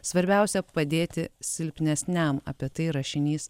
svarbiausia padėti silpnesniam apie tai rašinys